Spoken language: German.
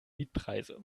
mietpreise